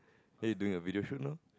are you doing a video shoot now